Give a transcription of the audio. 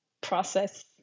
process